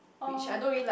oh